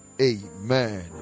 Amen